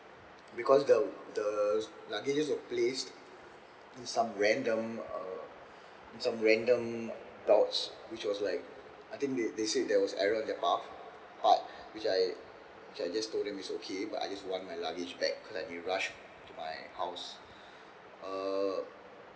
because the the luggages were placed in some random um some random belts which was like I think they they said there was error on their path but which I which I just told them is okay but I just want my luggage back cause I need to rush to my house err